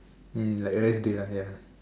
mm like rest day like ya